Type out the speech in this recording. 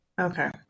Okay